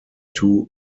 two